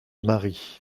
marie